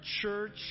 church